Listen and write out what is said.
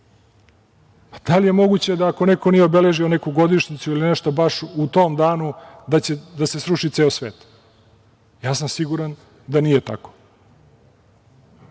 Da li je moguće da ako neko nije obeležio neku godišnjicu ili nešto baš u tom danu da će da se sruši ceo svet? Ja sam siguran da nije tako. Svima